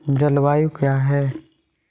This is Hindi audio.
जलवायु क्या है?